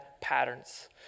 patterns